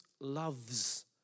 loves